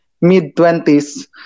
mid-twenties